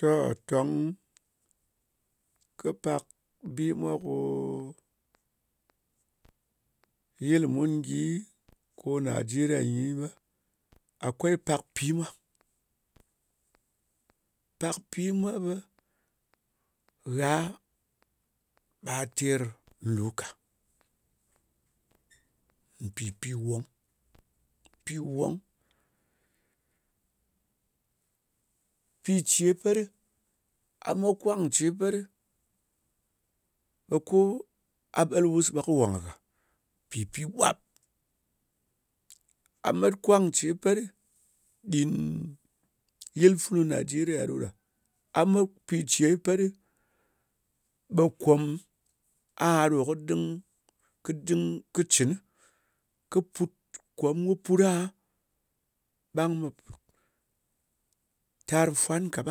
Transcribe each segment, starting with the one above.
Toh tong kɨ pak bi mwa ko yil mun gyi ko nigeria nyi akwai pak pi mwa pak pimwa ɓɨ mɨ gha ɓa ter lu ka. Mpi pi won, pi won pice gat ɗɨ, a mat kwan ce pat ɗɨ ɓa ko a ɓalwas, kɨ won gha gak mpi pin ɓwap. A mat kwance pat gā ɗin yil funu nigeria ɗoɗo, a mat pice pat ɗɨ, ɓa kwom aha ko kɨ ding, kɨn ding, kɨ cin, kɨ pat kwom, kɨ puit aha tar fwan gak.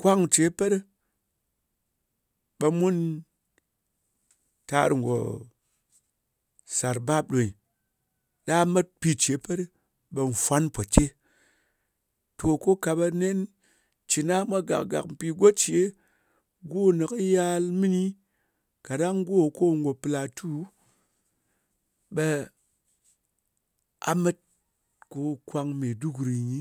Kwance pat ɗi, ɓan mun tar go sar bap ɗo nyi. Da mat pice pat, ɗan fwan pɨ teh. To ko ka ɓa nen cin mwa a gak pupi goce won ɗo wuyal mini, kaɗang ngo go platu ɓa a mat ko kwang maiduguri nyi